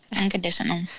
unconditional